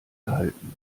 gehalten